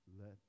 let